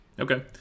Okay